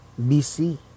BC